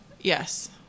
Yes